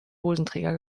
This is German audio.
hosenträger